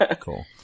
Cool